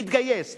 להתגייס,